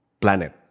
planet